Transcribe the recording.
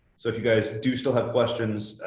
so if you guys do still have questions,